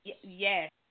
Yes